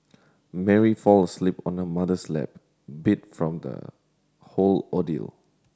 Mary fall asleep on her mother's lap beat from the whole ordeal